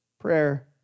prayer